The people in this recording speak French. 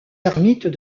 ermites